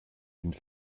une